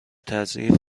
تعضیف